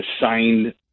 signed